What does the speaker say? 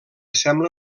sembla